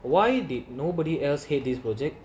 why did nobody else head this project